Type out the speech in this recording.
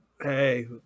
Hey